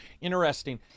interesting